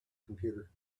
computer